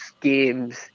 games